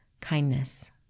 kindness